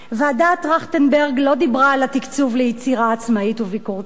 ועדת-טרכטנברג לא דיברה על התקצוב של יצירה עצמאית וביקורתית,